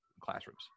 classrooms